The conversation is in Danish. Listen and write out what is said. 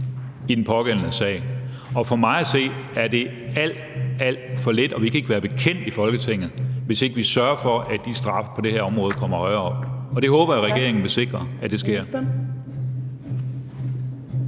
i den pågældende sag. Og for mig at se er det alt, alt for lidt, og vi kan ikke være det bekendt i Folketinget, hvis vi ikke sørger for, at de straffe på det her område kommer højere op. Det håber jeg regeringen vil sikre sker.